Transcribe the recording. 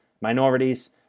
minorities